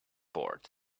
board